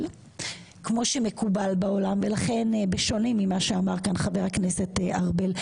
כמו שמקובל בעולם ולכן בשונה ממה אמרת חבר הכנסת ארבל,